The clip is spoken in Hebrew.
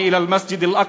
בשם אלוהים הרחמן והרחום.)